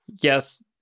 yes